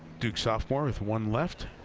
duke sophomore with one left.